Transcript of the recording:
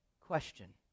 question